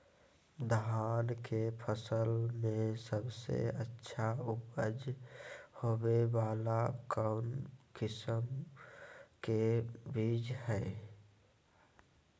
धान के फसल में सबसे अच्छा उपज होबे वाला कौन किस्म के बीज हय?